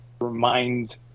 remind